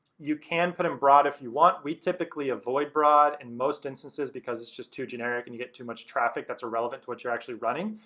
you can put in broad if you want, we typically avoid broad in most instances because it's just too generic and we get too much traffic that's irrelevant to what you're actually running.